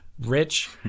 Rich